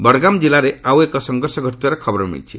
ବଡ଼ଗାମ ଜିଲ୍ଲାରେ ଆଉ ଏକ ସଂଘର୍ଷ ଘଟିଥିବାର ଖବର ମିଳିଛି